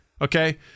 okay